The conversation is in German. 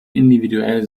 individuell